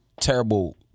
terrible